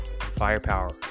firepower